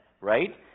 right